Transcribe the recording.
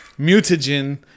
mutagen